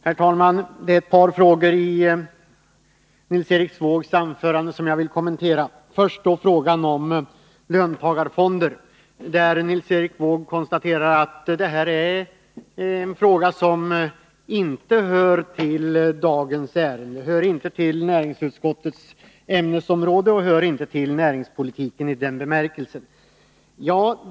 Herr talman! Det är ett par frågor i Nils Erik Wåågs anförande som jag vill kommentera. Först frågan om löntagarfonder. Nils Erik Wååg konstaterar att det är en fråga som inte hör till dagens ärende, näringsutskottets ämnesområde eller näringspolitiken i ordets egentliga bemärkelse.